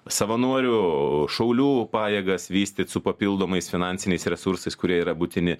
savanorių šaulių pajėgas vystyt su papildomais finansiniais resursais kurie yra būtini